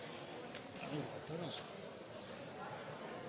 Jeg mener det